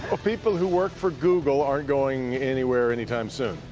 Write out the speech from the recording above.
but people who work for google aren't going anywhere any time soon.